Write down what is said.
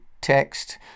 text